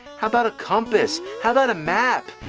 how about a compass? how about a map?